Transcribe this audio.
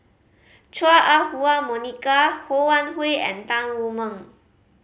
Chua Ah Huwa Monica Ho Wan Hui and Tan Wu Meng